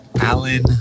Alan